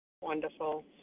Wonderful